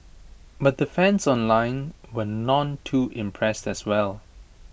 but the fans online were none too impressed as well